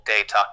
data